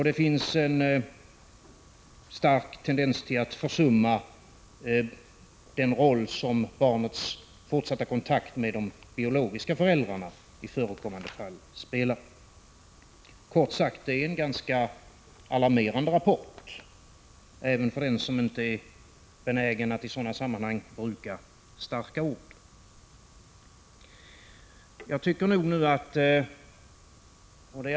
Det finns en stark tendens att försumma den roll som barnets fortsatta kontakt med de biologiska föräldrarna i förekommande fall spelar. Detta är kort sagt en ganska alarmerande rapport — även för den som inte är benägen att i sådana sammanhang bruka starka ord.